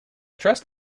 trust